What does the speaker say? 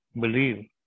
Believe